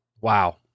Wow